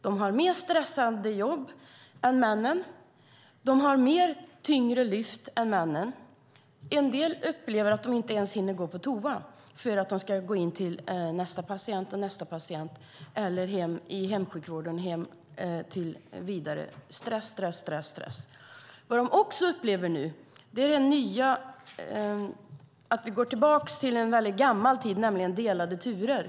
De har mer stressande jobb än männen, och de har tyngre lyft än männen. En del upplever att de inte ens hinner gå på toa för att de ska gå in eller, i hemsjukvården, hem till nästa patient - och nästa. Det är stress, stress, stress. Vad de nu också upplever är att vi går tillbaka till något från en väldigt gammal tid, nämligen delade turer.